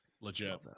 Legit